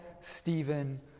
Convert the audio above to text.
Stephen